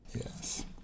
Yes